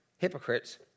hypocrites